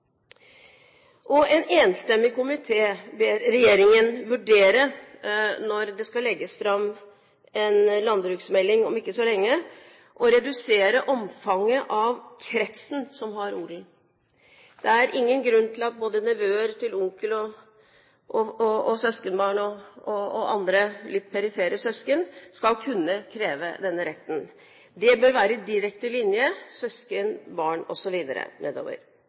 En enstemmig komité ber regjeringen vurdere, når det skal legges fram en landbruksmelding om ikke så lenge, å redusere omfanget av kretsen som har odel. Det er ingen grunn til at nevøer til onkel, søskenbarn og andre litt perifere slektninger skal kunne kreve denne retten. Det bør være i direkte linje – søsken, barn osv. nedover.